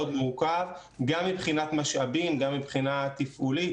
הוא מאוד מורכב גם מבחינת משאבים וגם מבחינה תפעולית.